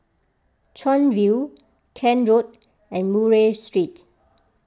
Chuan View Kent Road and Murray Street